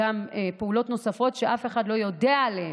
ולפעולות נוספות שאף אחד לא יודע עליהן,